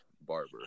Barber